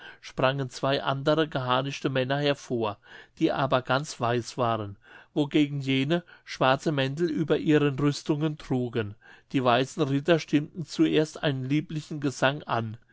sprangen zwei andere geharnischte männer hervor die aber ganz weiß waren wogegen jene schwarze mäntel über ihren rüstungen trugen die weißen ritter stimmten zuerst einen lieblichen gesang an